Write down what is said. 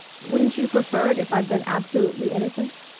wouldn't you prefer it if i'd been absolutely innocent?